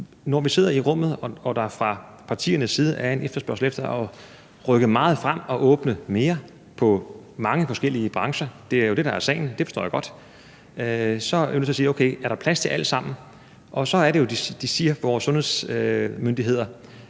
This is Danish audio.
Når vi sidder i lokalet og der fra partiernes side er en efterspørgsel efter at rykke meget frem og åbne mere i mange forskellige brancher – det er jo det, der er sagen, og det forstår jeg godt – så er vi nødt til at spørge, om der er plads til alt sammen. Og så er det jo, vores sundhedsmyndigheder